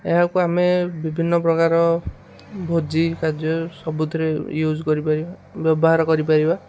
ଏହାକୁ ଆମେ ବିଭିନ୍ନ ପ୍ରକାର ଭୋଜି କାର୍ଯ୍ୟ ସବୁଥିରେ ୟୁଜ୍ କରିପାରିବା ବ୍ୟବହାର କରିପାରିବା